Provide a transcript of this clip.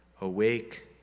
awake